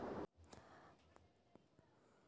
తక్కువ తేమ నేల అంటే ఏమిటి?